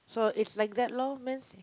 so is like that lor means